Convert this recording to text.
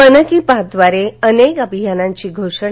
मन की बात द्वारे अनेक अभियानांची घोषणा